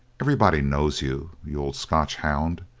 everybody knows you, you old scotch hound.